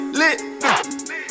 lit